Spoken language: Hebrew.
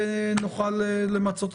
מחר.